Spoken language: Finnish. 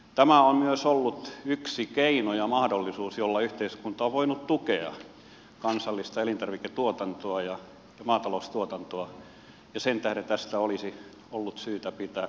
tämä on myös ollut yksi keino ja mahdollisuus jolla yhteiskunta on voinut tukea kansallis ta elintarviketuotantoa ja maataloustuotantoa ja sen tähden tästä olisi ollut syytä pitää kiinni